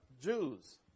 Jews